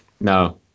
No